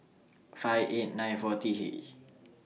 five eight nine four T H